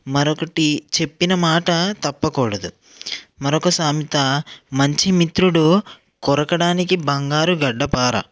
మరొకటి చెప్పిన మాట తప్పకూడదు మరొక సామెత మంచి మిత్రుడు కొరకడానికి బంగారు గడ్డపార